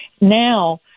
Now